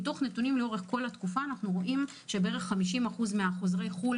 מתוך נתונים לכל אורך התקופה אנחנו רואים שבערך 50% מהחוזרים מחו"ל